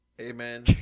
Amen